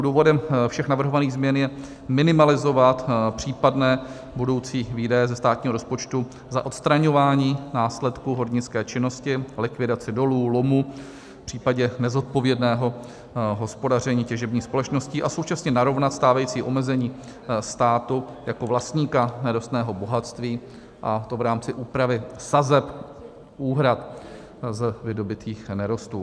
Důvodem všech navrhovaných změn je minimalizovat případné budoucí výdaje ze státního rozpočtu za odstraňování následků hornické činnosti, likvidaci dolů, lomů v případě nezodpovědného hospodaření těžebních společností a současně narovnat stávající omezení státu jako vlastníka nerostného bohatství, a to v rámci úpravy sazeb úhrad z vydobytých nerostů.